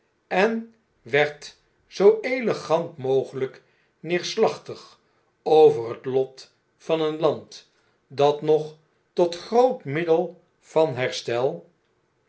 en werd zoo elegant mogelpneerslachtig over het lot van een land dat nog tot groot middel van herstel